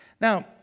Now